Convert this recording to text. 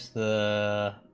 the